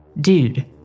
Dude